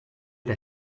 era